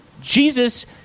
Jesus